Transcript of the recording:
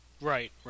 Right